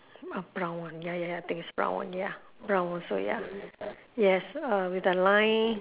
ah brown one ya ya ya I think is brown one ya brown one so ya yes uh with a line